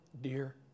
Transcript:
dear